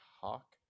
Hawk